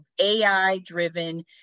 AI-driven